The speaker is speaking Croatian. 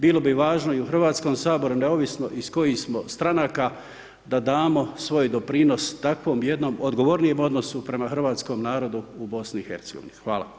Bilo bi važno i u HS-u, neovisno iz kojih smo stranaka, da damo svoj doprinos takvom jednom odgovornijem odnosu prema Hrvatskom narodu u BiH.